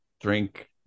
drink